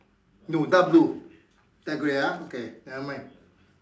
no dark blue dark grey ah okay never mind